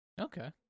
Okay